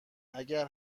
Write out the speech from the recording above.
اگر